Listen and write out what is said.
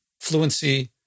fluency